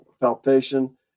palpation